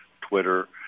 Twitter